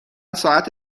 ساعت